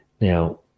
Now